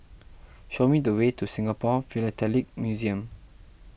show me the way to Singapore Philatelic Museum